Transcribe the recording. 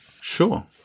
sure